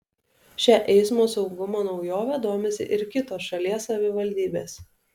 šia eismo saugumo naujove domisi ir kitos šalies savivaldybės